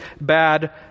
bad